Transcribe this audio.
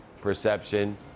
perception